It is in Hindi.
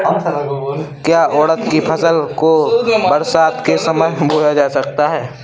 क्या उड़द की फसल को बरसात के समय बोया जाता है?